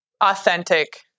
authentic